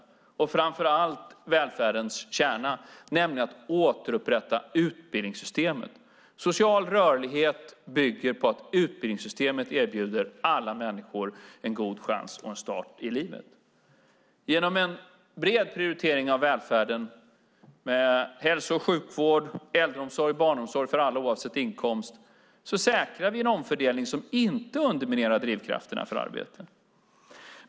Framför allt har vi prioriterat välfärdens kärna, nämligen att återupprätta utbildningssystemet. Social rörlighet bygger på att utbildningssystemet erbjuder alla människor en god chans och start i livet. Genom en bred prioritering av välfärden - hälso och sjukvård, äldreomsorg och barnomsorg för alla oavsett inkomst - säkrar vi en omfördelning som inte underminerar drivkrafterna för arbete.